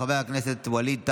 חבר הכנסת ווליד טאהא,